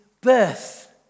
birth